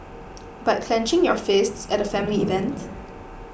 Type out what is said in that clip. but clenching your fists at a family event